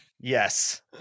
Yes